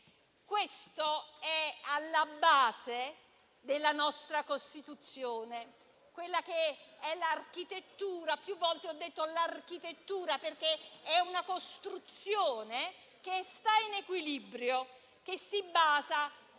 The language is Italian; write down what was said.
ciò è alla base della nostra Costituzione, è l'architettura; più volte ha parlato di «architettura», perché è una costruzione che sta in equilibrio, che si basa